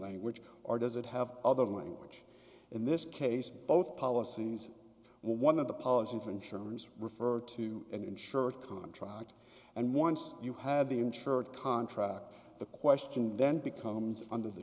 language or does it have other language in this case both policies one of the policy of insurance referred to an insurance contract and once you have the insurance contract the question then becomes under the